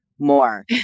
more